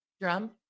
Drum